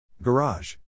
Garage